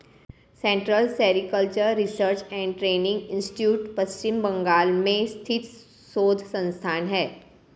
central sericultural research and training institute Paschim Bangal में स्थित शोध संस्थान है